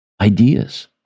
ideas